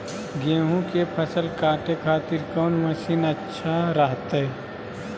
गेहूं के फसल काटे खातिर कौन मसीन अच्छा रहतय?